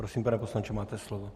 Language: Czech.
Prosím, pane poslanče, máte slovo.